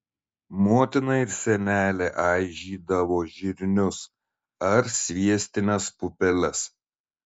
motina ir senelė aižydavo žirnius ar sviestines pupeles